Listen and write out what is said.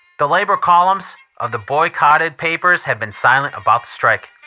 the labor columns of the boycotted papers have been silent about the strike.